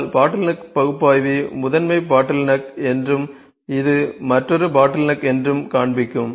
ஆனால் பாட்டில்னெக் பகுப்பாய்வி முதன்மை பாட்டில்னெக் என்றும் இது மற்றொரு பாட்டில்னெக் என்றும் காண்பிக்கும்